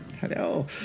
Hello